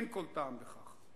אין כל טעם בכך.